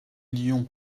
lions